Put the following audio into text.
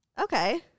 okay